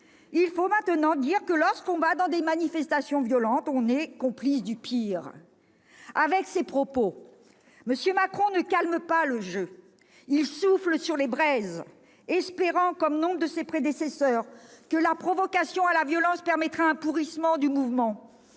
il faut maintenant dire que, lorsqu'on va dans des manifestations violentes, on est complice du pire »? Avec ces propos, M. Macron ne calme pas le jeu ; il souffle sur les braises, espérant, comme nombre de ses prédécesseurs, que la provocation à la violence permettra un pourrissement du mouvement.